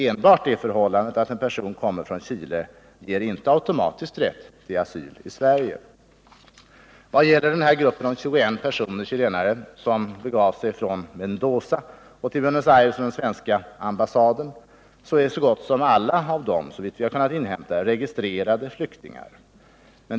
Enbart det förhållandet att en person kommer från Chile ger inte automatiskt rätt till asyl i Sverige. Vad gäller gruppen om 21 chilenare som begav sig från Mendoza och som vänt sig till den svenska ambassaden i Buenos Aires är, såvitt jag kunnat inhämta, så gott som alla inregistrerade flyktingar.